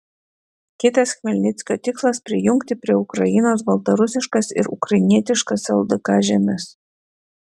kitas chmelnickio tikslas prijungti prie ukrainos baltarusiškas ir ukrainietiškas ldk žemes